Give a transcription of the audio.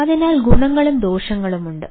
അതിനാൽ ഗുണങ്ങളും ദോഷങ്ങളുമുണ്ട്